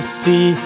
see